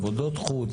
עבודות חוץ,